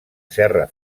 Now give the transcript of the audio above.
serra